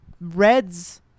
Red's